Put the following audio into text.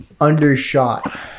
undershot